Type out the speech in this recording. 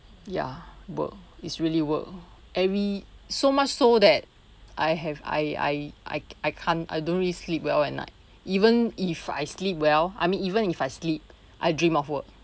ya work it's really work every so much so that I have I I I can't I don't really sleep well at night even if I sleep well I mean even if I sleep I dream of work